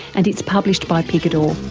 and it's published by picador.